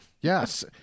yes